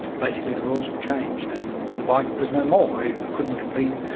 basically the rules were changed, and the bike was no more. it couldn't compete